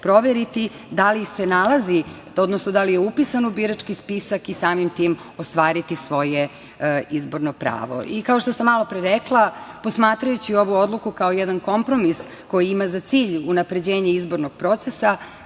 da li se nalazi, odnosno da li je upisan u birački spisak i samim tim ostvariti svoje izborno pravo. Kao što sam malopre rekla, posmatrajući ovu odluku kao jedan kompromis koji ima za cilj unapređenje izbornog procesa,